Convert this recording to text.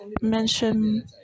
mention